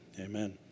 Amen